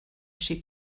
chez